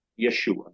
Yeshua